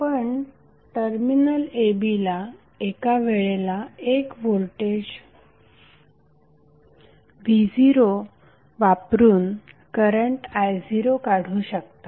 आपण terminal a b ला एका वेळेला एक व्होल्टेजv0वापरून करंट i0काढू शकता